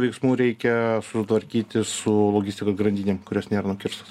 veiksmų reikia susitvarkyti su logistikos grandinėm kurios nėra nukirstos